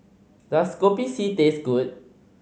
does Kopi C taste good